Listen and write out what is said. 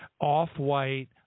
off-white